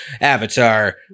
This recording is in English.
Avatar